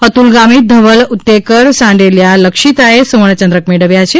અતુલ ગામિત ધવલ ઉત્તેકર સાંડેલીયા લક્ષીતાએ સુર્વણ ચંદ્રક મેળવ્યા છે